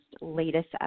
latest